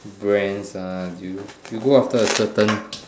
brands are you you go after a certain